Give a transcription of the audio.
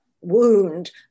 wound